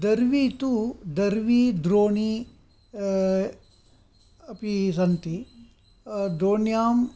दर्वी तु दर्वी द्रोणी अपि सन्ति द्रोण्यां